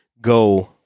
go